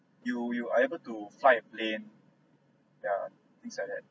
you you are able to fly a plane yeah things like that